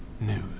news